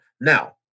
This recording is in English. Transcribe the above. Now